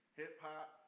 hip-hop